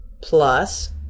plus